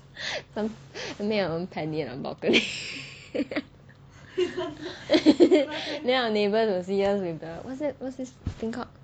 some you make your own then our neighbours will see us with the what's that what's this thing called